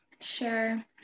sure